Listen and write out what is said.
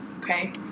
Okay